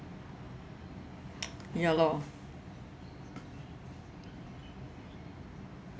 ya lor